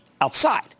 outside